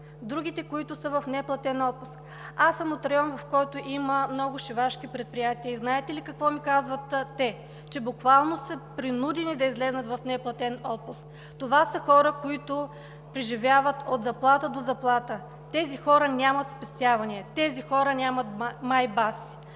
Другите, които са в неплатен отпуск. Аз съм от район, в който има много шивашки предприятия. Знаете ли какво ми казват те? Буквално са принудени да излязат в неплатен отпуск. Това са хора, които преживяват от заплата до заплата. Тези хора нямат спестявания, тези хора нямат „Майбах“.